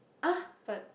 !huh! but